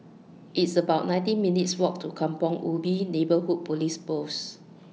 It's about nineteen minutes' Walk to Kampong Ubi Neighbourhood Police Post